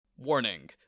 Warning